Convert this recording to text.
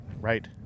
right